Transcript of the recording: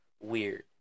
weird